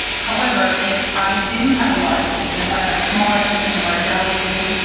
however, if i didn't have a large kitchen, if i had a smaller kitchen or a galley kitchen,